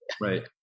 Right